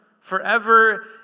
forever